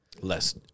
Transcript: less